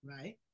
Right